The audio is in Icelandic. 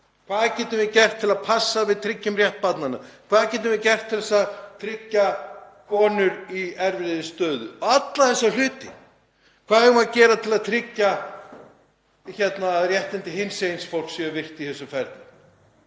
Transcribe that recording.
Hvað getum við gert til að passa að við tryggjum rétt barnanna? Hvað getum við gert til að tryggja konur í erfiðri stöðu? Allir þessir hlutir. Hvað eigum við að gera til að tryggja að réttindi hinsegin fólks séu virt í þessu ferli?